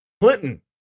Clinton